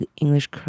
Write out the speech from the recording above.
English